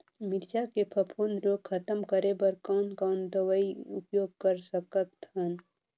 मिरचा के फफूंद रोग खतम करे बर कौन कौन दवई उपयोग कर सकत हन?